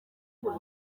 buri